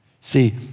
See